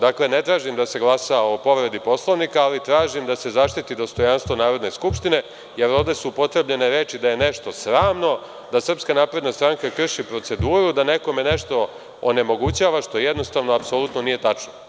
Dakle, ne tražim da se glasa o povredi Poslovnika, ali tražim da se zaštiti dostojanstvo Narodne skupštine, jer ovde su upotrebljene reči da je nešto sramno, da SNS krši proceduru, da nekome nešto onemogućava, što jednostavno, apsolutno nije tačno.